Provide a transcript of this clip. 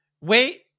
Wait